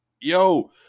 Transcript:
Yo